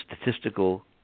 statistical